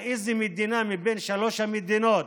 על איזו מדינה מבין שלוש המדינות